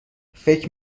فکر